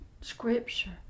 Scripture